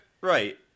right